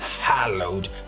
hallowed